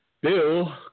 Bill